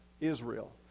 Israel